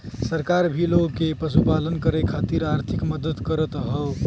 सरकार भी लोग के पशुपालन करे खातिर आर्थिक मदद करत हौ